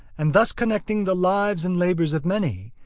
and thus connecting the lives and labours of many,